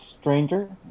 stranger